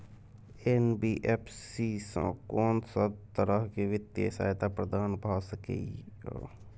NBFC स कोन सब तरह के वित्तीय सहायता प्रदान भ सके इ? इ